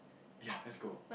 ya let's go